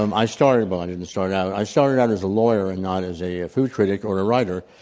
um i started well i didn't start out i started out as a lawyer and not as a a food critic or a writer,